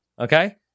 Okay